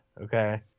okay